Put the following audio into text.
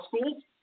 schools